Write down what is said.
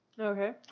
Okay